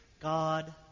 God